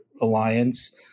alliance